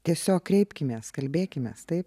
tiesiog kreipkimės kalbėkimės taip